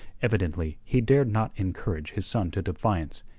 evidently he dared not encourage his son to defiance,